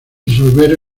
disolver